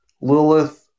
Lilith